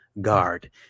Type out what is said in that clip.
Guard